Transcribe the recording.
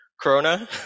Corona